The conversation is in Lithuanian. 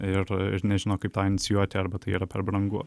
ir ir nežino kaip tą inicijuoti arba tai yra per brangu